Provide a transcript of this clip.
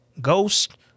Ghost